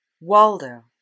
Waldo